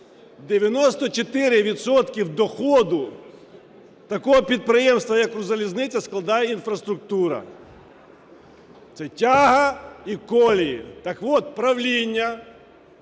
доходу такого підприємства як Укрзалізниця складає інфраструктура: це тяга і колії. Так от, правління